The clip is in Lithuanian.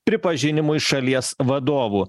pripažinimui šalies vadovų